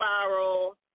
spiral